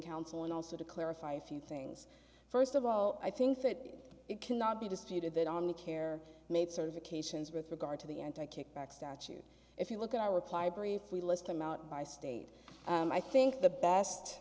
counsel and also to clarify a few things first of all i think that it cannot be disputed that on the care made certifications with regard to the anti kickback statute if you look at our reply brief we list them out by state i think the best